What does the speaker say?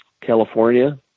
California